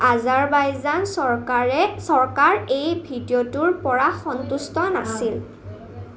আজাৰবাইজান চৰকাৰে চৰকাৰ এই ভিডিঅ'টোৰপৰা সন্তুষ্ট নাছিল